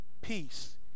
peace